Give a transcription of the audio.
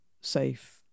safe